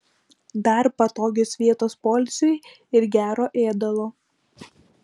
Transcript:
dar patogios vietos poilsiui ir gero ėdalo